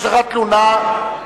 יש לך תלונה, בבקשה,